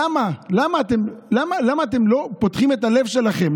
למה אתם לא פותחים את הלב שלכם?